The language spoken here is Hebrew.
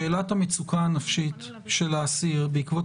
שאלת המצוקה הנפשית של האסיר בעקבות